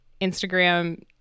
Instagram